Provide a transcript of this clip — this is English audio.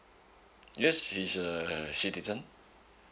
yes she's a citizen